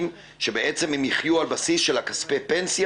שבעצם הם יחיו על בסיס של כספי פנסיה.